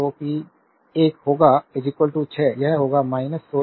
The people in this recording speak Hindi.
तो पी 1 होगा 6 यह होगा 16 10